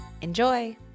Enjoy